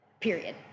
period